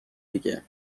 دیگه